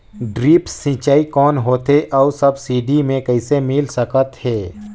Drip सिंचाई कौन होथे अउ सब्सिडी मे कइसे मिल सकत हे?